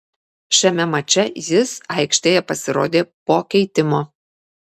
šiame mače jis aikštėje pasirodė po keitimo